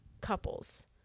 couples